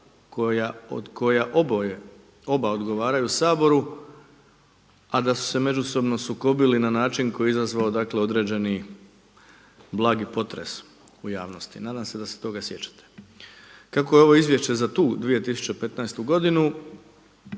koja oboje, oba odgovaraju Saboru, a da su se međusobno sukobili na način koji je izazvao dakle određeni blagi potres u javnosti. Nadam se da se toga sjećate. Kako je ovo izvješće za tu 2015. godinu